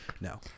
No